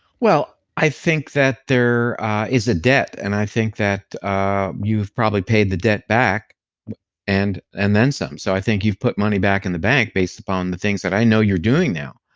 well, i think that there is a debt and i think that you've probably paid the debt back and and then some, so i think you've put money back in the bank based upon the things that i know you're doing now.